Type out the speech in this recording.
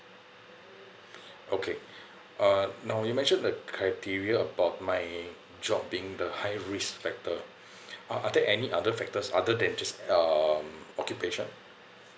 okay uh now you mentioned the criteria about my job being the high risk factor uh are there any other factors other than just um occupation